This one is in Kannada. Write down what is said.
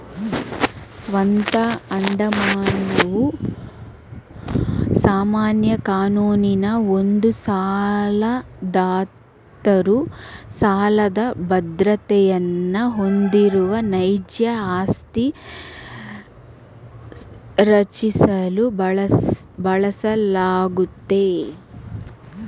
ಸ್ವಂತ ಅಡಮಾನವು ಸಾಮಾನ್ಯ ಕಾನೂನಿನ ಒಂದು ಸಾಲದಾತರು ಸಾಲದ ಬದ್ರತೆಯನ್ನ ಹೊಂದಿರುವ ನೈಜ ಆಸ್ತಿ ರಚಿಸಲು ಬಳಸಲಾಗುತ್ತೆ